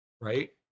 Right